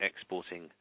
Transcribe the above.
exporting